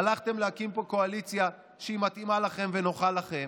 הלכתם להקים פה קואליציה שהיא מתאימה לכם ונוחה לכם,